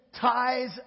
ties